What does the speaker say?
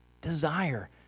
Desire